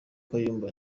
kayumba